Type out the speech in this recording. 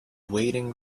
waiting